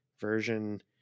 version